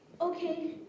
Okay